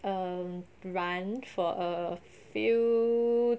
um run for a few